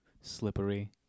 slippery